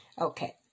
Okay